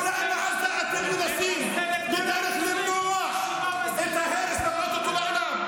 אולי בעזה אתם מנסים למנוע את ההרס ולהראות אותו לעולם.